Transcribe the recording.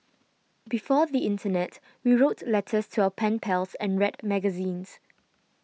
before the internet we wrote letters to our pen pals and read magazines